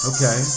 Okay